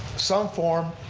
some form,